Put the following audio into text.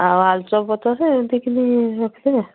ଆଉ ଆଳୁଚପ୍ ପଚାଶ ଏମିତି କିନି ରଖିଥିବେ ଆଉ